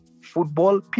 football